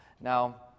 Now